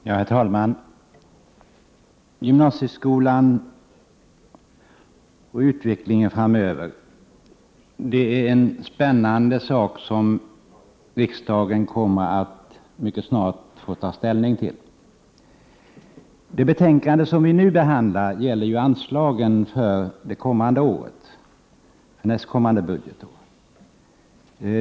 Herr talman! Utvecklingen i gymnasieskolan framöver är en spännande fråga, som riksdagen mycket snart kommer att få ta ställning till. Det betänkande som vi nu behandlar gäller anslagen för nästkommande budgetår.